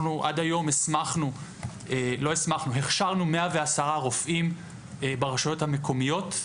אנחנו עד היום הכשרנו 110 רופאים ברשויות המקומיות,